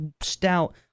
stout